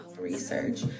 research